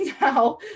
now